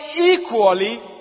equally